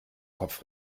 kopf